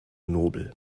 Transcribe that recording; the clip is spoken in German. nobel